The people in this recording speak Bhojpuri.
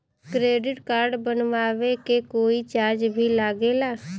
क्रेडिट कार्ड बनवावे के कोई चार्ज भी लागेला?